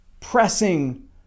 pressing